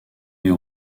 les